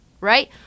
right